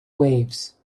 waves